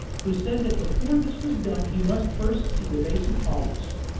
who said that before this was done he must first see the vase of olives.